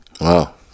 Wow